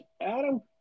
Adam